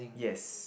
yes